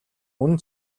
үнэ